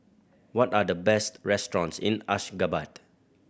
what are the best restaurants in Ashgabat